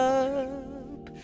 up